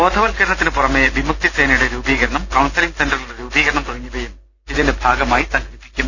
ബോധവത്ക്കരണത്തിനു പുറമെ വിമുക്തി സേനയുടെ രൂപീ കരണം കൌൺസിലിംഗ് സെന്ററുകളുടെ രൂപീകരണം തുട ങ്ങിയവയും ഇതിന്റെ ഭാഗമായി സംഘടിപ്പിക്കും